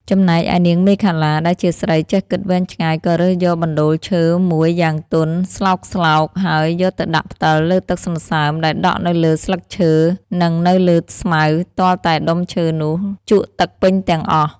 ចំណែកឯនាងមេខលា ដែលជាស្រីចេះគិតវែងឆ្ងាយក៏រើសយកបណ្តូលឈើមួយយ៉ាងទន់ស្លោកៗ ហើយយកទៅដាក់ផ្ដិលលើទឹកសន្សើមដែលដក់នៅលើស្លឹកឈើ នឹងនៅលើស្មៅ ទាល់តែដុំឈើនោះជក់ទឹកពេញទាំងអស់។